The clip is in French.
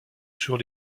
sur